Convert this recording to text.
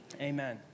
amen